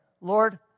Lord